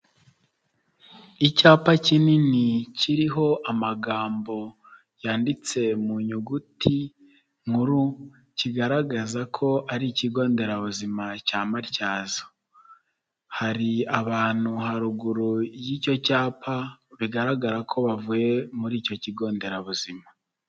Icyapa kinini kiriho amagambo yanditse mu nyuguti nkuru kigaragaza ko ari ikigo nderabuzima cya Matyazo, hari abantu haruguru y'icyo cyapa bigaragara ko bavuye muri icyo kigo nderabuzima.